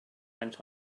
went